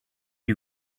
you